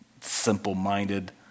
simple-minded